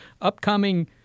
upcoming